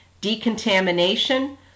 decontamination